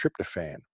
tryptophan